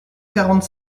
quarante